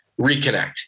reconnect